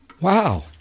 Wow